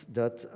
dat